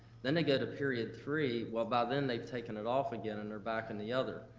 then they go to period three, well, by then they've taken it off again and they're back in the other.